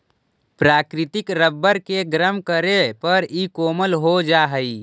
प्राकृतिक रबर के गरम करे पर इ कोमल हो जा हई